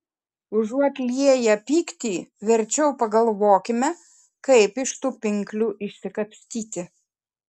užuot lieję pyktį verčiau pagalvokime kaip iš tų pinklių išsikapstyti